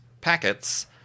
packets